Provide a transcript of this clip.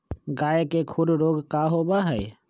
गाय के खुर रोग का होबा हई?